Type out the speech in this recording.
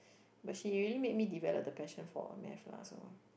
but she really make me develop the passion for Math lah so